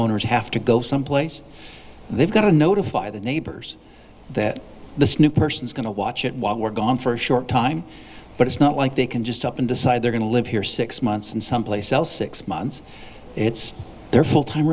owners have to go someplace they've got to notify the neighbors that this new person is going to watch it while we're gone for a short time but it's not like they can just up and decide they're going to live here six months and some place else six months it's their full time